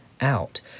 out